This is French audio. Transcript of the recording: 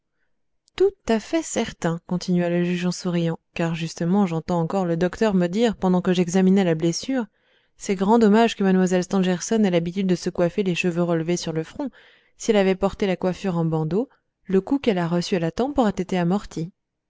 tout à fait certain continua le juge en souriant car justement j'entends encore le docteur me dire pendant que j'examinais la blessure c'est grand dommage que mlle stangerson ait l'habitude de se coiffer les cheveux relevés sur le front si elle avait porté la coiffure en bandeaux le coup qu'elle a reçu à la tempe aurait été amorti